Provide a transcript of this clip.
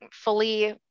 fully